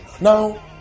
Now